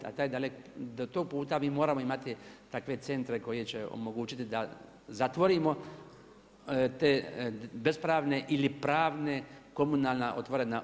A do tog puta mi moramo imati takve centre koji će omogućiti da zatvorimo te bespravne ili pravna komunalna otvorena odlagališta.